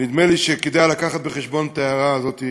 נדמה לי שכדאי להביא בחשבון את ההערה הזאת.